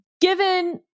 given